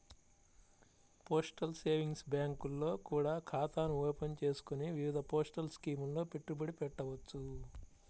postal savings బ్యాంకుల్లో కూడా ఖాతాను ఓపెన్ చేసుకొని వివిధ పోస్టల్ స్కీముల్లో పెట్టుబడి పెట్టవచ్చు